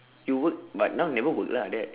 you work but now you never work lah like there